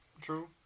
True